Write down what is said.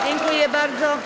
Dziękuję bardzo.